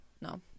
no